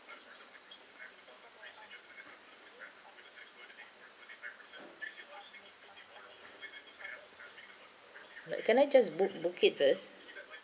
right can I just book book it first